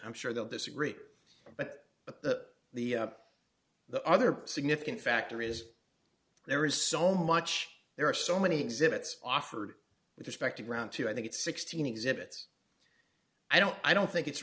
i'm sure they'll disagree but the the the other significant factor is there is so much there are so many exhibits offered with respect to ground to i think it's sixteen exhibits i don't i don't think it's